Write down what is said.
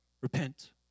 Repent